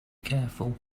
careful